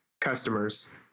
customers